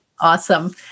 Awesome